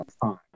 fine